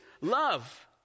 love